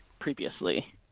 previously